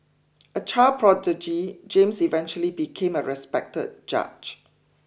a child prodigy James eventually became a respected judge